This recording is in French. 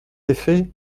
effets